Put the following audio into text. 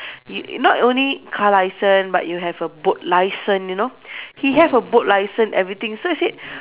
you not only car licence but you have a boat licence you know he have a boat licence everything so I said